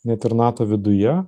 net ir nato viduje